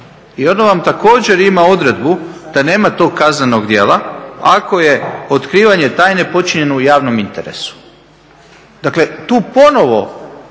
i ona vam također ima odredbu da nema kaznenog djela ako je otkrivanje tajne počinjeno u javnom interesu. Dakle tu ponovo